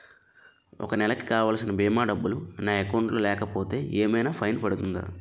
ఒక నెలకు కావాల్సిన భీమా డబ్బులు నా అకౌంట్ లో లేకపోతే ఏమైనా ఫైన్ పడుతుందా?